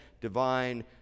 divine